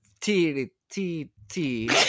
T-T-T